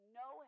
no